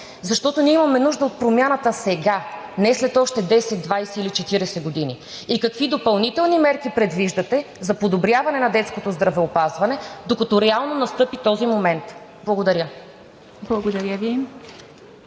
Защото ние имаме нужда от промяната сега, не след още 10, 20 или 40 години. И какви допълнителни мерки предвиждате за подобряване на детското здравеопазване, докато реално настъпи този момент? Благодаря. ПРЕДСЕДАТЕЛ